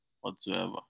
whatsoever